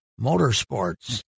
Motorsports